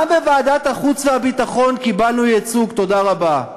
גם בוועדת החוץ והביטחון קיבלנו ייצוג, תודה רבה.